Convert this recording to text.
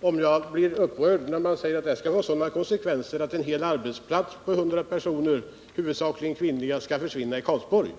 om jag blir upprörd över att konsekvenserna skall bli sådana att en hel arbetsplats på 100 personer — huvudsakligen kvinnor — skall försvinna i Karlsborg.